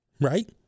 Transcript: right